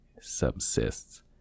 subsists